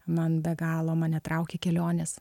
man be galo mane traukia kelionės